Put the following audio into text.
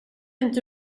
inte